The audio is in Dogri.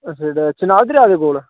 अच्छा जेह्ड़ा चन्हां दरेआ दे कोल